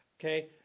okay